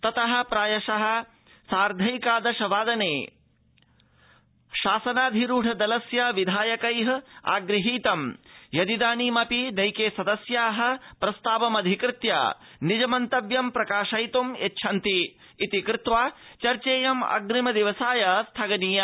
ततः प्रायशः साधैंकादश वादने शासनाधिरूढ दलस्य विधायकैः आगृहीत यदिदानीमपि नैके सदस्याः प्रस्तावमधिकृत्य निज मन्तव्यं प्रकाशयितृमिच्छन्तीति कृत्वा चर्चेयम् अप्रिम दिवसाय स्थगनीया